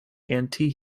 anti